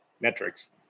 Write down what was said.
metrics